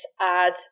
add